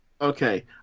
Okay